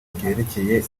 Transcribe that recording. ryerekeye